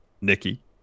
Nikki